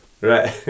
right